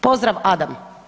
Pozdrav, Adam.